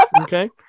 Okay